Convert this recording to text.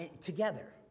together